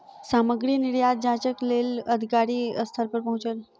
सामग्री निर्यात जांचक लेल अधिकारी स्थल पर पहुँचल